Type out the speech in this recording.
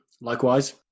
likewise